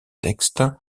texte